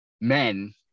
men